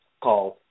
called